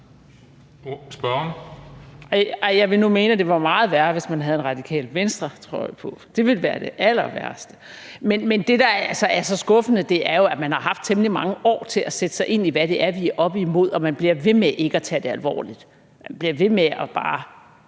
Krarup (DF): Jeg vil nu mene, at det var meget værre, hvis man havde en Radikale Venstre-trøje på. Det ville være det allerværste. Men det, der er så skuffende, er jo, at man har haft temmelig mange år til at sætte sig ind i, hvad det er, vi er oppe imod, og at man bliver ved med ikke at tage det alvorligt. Man bliver ved med bare